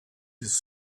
his